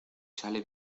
sale